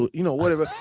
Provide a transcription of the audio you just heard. but you know, whatever.